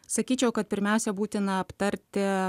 sakyčiau kad pirmiausia būtina aptarti